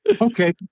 Okay